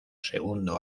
segundo